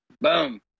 Boom